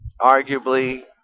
arguably